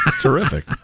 terrific